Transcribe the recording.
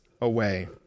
away